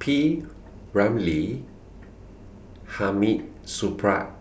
P Ramlee Hamid Supaat